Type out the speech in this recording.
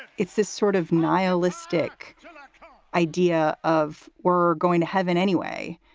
you it's this sort of nihilistic idea of we're going to have in any way.